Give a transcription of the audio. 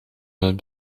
het